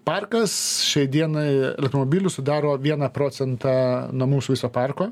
parkas šiai dienai automobilių sudaro vieną procentą nuo mūsų viso parko